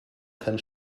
kann